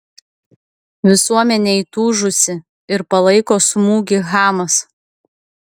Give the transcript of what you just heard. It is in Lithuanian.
visuomenė įtūžusi ir palaiko smūgį hamas